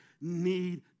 need